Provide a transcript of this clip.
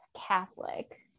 Catholic